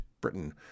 Britain